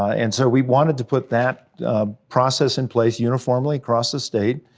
and so we wanted to put that process in place uniformly across the state.